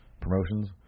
Promotions